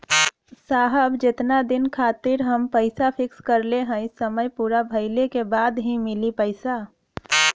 साहब जेतना दिन खातिर हम पैसा फिक्स करले हई समय पूरा भइले के बाद ही मिली पैसा?